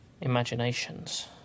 imaginations